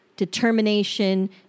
determination